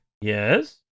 yes